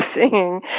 singing